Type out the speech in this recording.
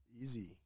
Easy